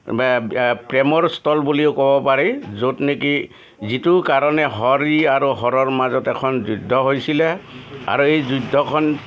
প্ৰেমৰ স্থল বুলিও ক'ব পাৰি য'ত নেকি যিটোৰ কাৰণে হৰি আৰু হৰৰ মাজত এখন যুদ্ধ হৈছিলে আৰু এই যুদ্ধখন